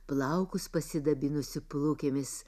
plaukus pasidabinusi plukėmis